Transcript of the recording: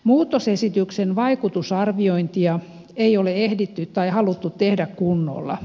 muutosesityksen vaikutusarviointia ei ole ehditty tai haluttu tehdä kunnolla